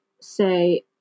say